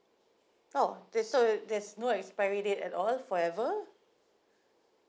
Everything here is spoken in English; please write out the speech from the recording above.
oh there's so there's no expiry date at all forever